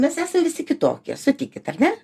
mes esam visi kitokie sutikit ar ne